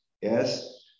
yes